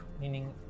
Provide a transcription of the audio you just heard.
meaning